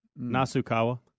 Nasukawa